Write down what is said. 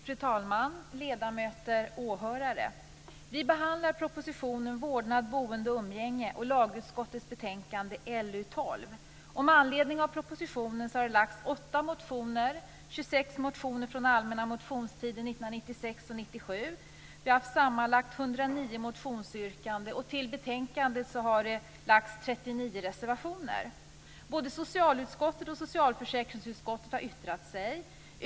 Fru talman! Ledamöter! Åhörare! Vi behandlar propositionen Vårdnad, boende och umgänge och lagutskottets betänkande LU12. Med anledning av propositionen har det lagts fram åtta motioner. 26 och 1997. Vi har haft sammanlagt 109 motionsyrkanden, och till betänkandet har det fogats 39 reservationer. Både socialutskottet och socialförsäkringsutskottet har yttrat sig.